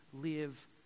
live